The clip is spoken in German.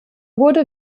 wurde